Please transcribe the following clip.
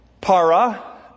Para